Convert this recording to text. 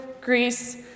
Greece